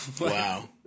Wow